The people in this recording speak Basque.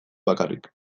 bakarrik